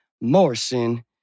Morrison